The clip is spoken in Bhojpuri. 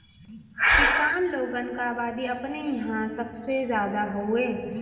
किसान लोगन क अबादी अपने इंहा सबसे जादा हउवे